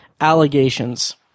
allegations